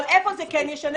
איפה זה כן ישנה?